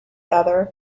other